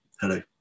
Hello